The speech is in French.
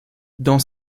dans